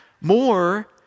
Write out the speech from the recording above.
more